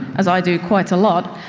as i do quite a lot,